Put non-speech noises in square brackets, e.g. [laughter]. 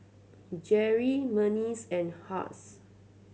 [hesitation] Jerrie Berneice and Hughes